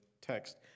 text